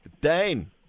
Dane